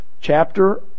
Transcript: chapter